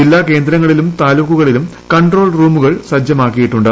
ജില്ലാ കേന്ദ്രങങളിലും താലൂക്കുകളിലും കൺട്രോൾ റൂമുകൾ സജ്ജമാക്കിയിട്ടുണ്ട്